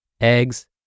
eggs